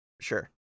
Sure